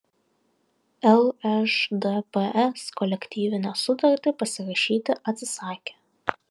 lšdps kolektyvinę sutartį pasirašyti atsisakė